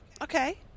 okay